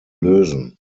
lösen